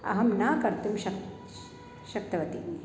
अहं न कर्तुं शक् शक्तवती